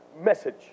message